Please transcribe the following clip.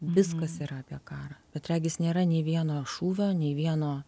viskas yra apie karą bet regis nėra nei vieno šūvio nei vieno